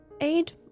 aid